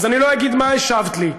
אז אני לא אגיד מה השבת לי.